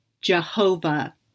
Jehovah